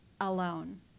Alone